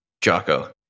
jocko